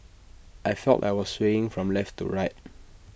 I felt I was swaying from left to right